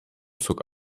zog